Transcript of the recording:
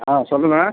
ஆ சொல்லுங்க